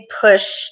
push